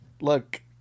look